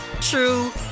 true